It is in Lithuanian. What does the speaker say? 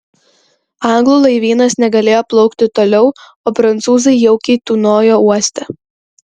anglų laivynas negalėjo plaukti toliau o prancūzai jaukiai tūnojo uoste